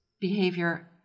behavior